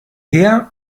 her